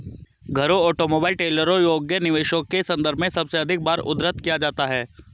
घरों, ऑटोमोबाइल, ट्रेलरों योग्य निवेशों के संदर्भ में सबसे अधिक बार उद्धृत किया जाता है